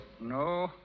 No